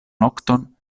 nokton